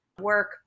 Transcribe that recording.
work